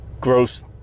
gross